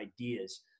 ideas